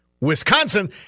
Wisconsin